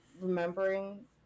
remembering